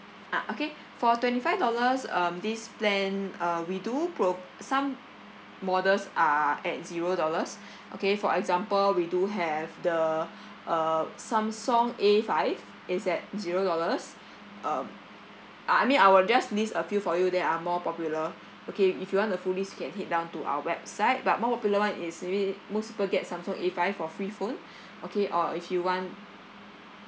ah okay for twenty five dollars um this plan uh we do pro~ some models are at zero dollars okay for example we do have the uh samsung A five is at zero dollars um uh I mean I will just list a few for you that are more popular okay if you want the full list you can head down to our website but more popular one is maybe most people get samsung A five for free phone okay or if you want